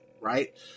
Right